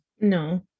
no